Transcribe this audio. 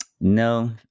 no